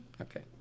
Okay